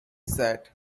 said